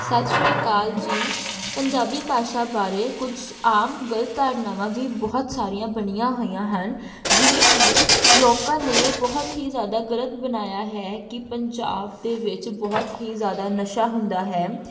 ਸਤਿ ਸ਼੍ਰੀ ਅਕਾਲ ਜੀ ਪੰਜਾਬੀ ਭਾਸ਼ਾ ਬਾਰੇ ਕੁਛ ਆਮ ਗਲਤ ਧਾਰਨਾਵਾਂ ਵੀ ਬਹੁਤ ਸਾਰੀਆਂ ਬਣੀਆਂ ਹੋਈਆਂ ਹਨ ਜਿਵੇਂ ਕਿ ਲੋਕਾਂ ਨੇ ਬਹੁਤ ਹੀ ਜ਼ਿਆਦਾ ਗਲਤ ਬਣਾਇਆ ਹੈ ਕਿ ਪੰਜਾਬ ਦੇ ਵਿੱਚ ਬਹੁਤ ਹੀ ਜ਼ਿਆਦਾ ਨਸ਼ਾ ਹੁੰਦਾ ਹੈ